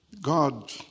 God